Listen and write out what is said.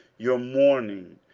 your mourning,